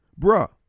bruh